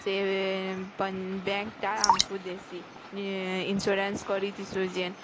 bank ଟା ଆମକୁ ଦେସି ଇନସୁରାନ୍ସ୍ କରିଥିସୁଁ ଜେନ୍